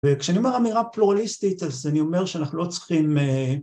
‫וכשאני אומר אמירה פלורליסטית ‫אז אני אומר שאנחנו לא צריכים...